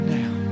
now